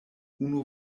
unu